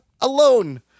alone